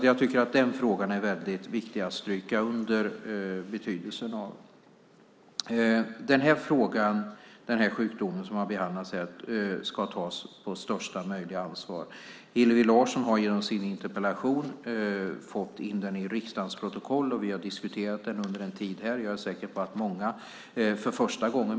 Jag tycker att den frågan är väldigt viktig att stryka under betydelsen av. Den sjukdom som har behandlats här ska tas på största möjliga allvar. Hillevi Larsson har genom sin interpellation fått in den i riksdagens protokoll, och vi har diskuterat den under en tid här. Jag är säker på att många möter sjukdomen för första gången.